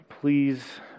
please